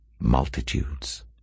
multitudes